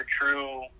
true